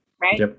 right